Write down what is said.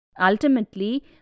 ultimately